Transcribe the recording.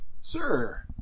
Sir